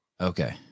Okay